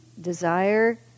desire